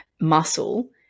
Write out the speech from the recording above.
muscle